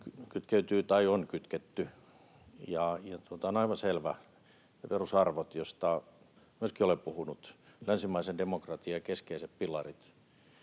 kytkeytyy tai on kytketty. On aivan selvää, että ne perusarvot, joista myöskin olen puhunut, länsimaisen demokratian keskeiset pilarit